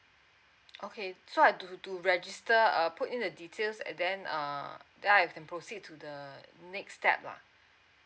okay so I do to register I'll put in the details and then uh then I can proceed to the next step lah